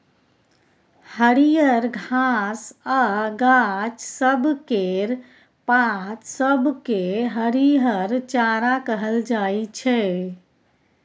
हरियर घास आ गाछ सब केर पात सब केँ हरिहर चारा कहल जाइ छै